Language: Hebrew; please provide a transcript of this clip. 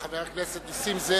גם כך אנחנו, חבר הכנסת נסים זאב,